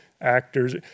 actors